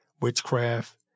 witchcraft